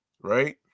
right